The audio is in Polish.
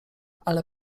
ale